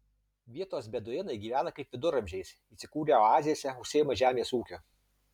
vietos beduinai gyvena kaip viduramžiais įsikūrę oazėse užsiima žemės ūkiu